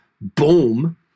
Boom